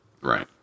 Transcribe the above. Right